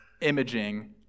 imaging